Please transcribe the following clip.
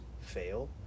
fail